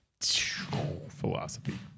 Philosophy